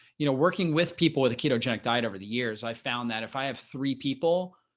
you know, working with people with a ketogenic diet over the years, i found that if i have three people,